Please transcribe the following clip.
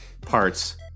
parts